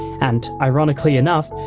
and ironically enough,